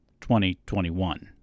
2021